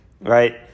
right